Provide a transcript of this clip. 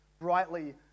brightly